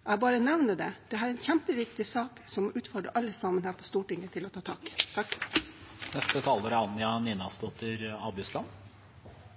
Jeg bare nevner det: Dette er en kjempeviktig sak som jeg utfordrer alle her på Stortinget til å ta tak i. I dag er